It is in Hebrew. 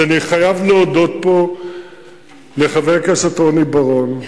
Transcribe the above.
אני חייב להודות פה לחבר הכנסת רוני בר-און,